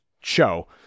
show